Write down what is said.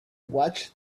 watched